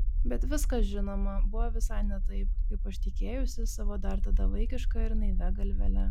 bet viskas žinoma buvo visai ne taip kaip aš tikėjausi savo dar tada vaikiška ir naivia galvele